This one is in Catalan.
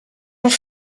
els